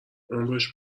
عمرش